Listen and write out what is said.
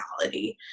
reality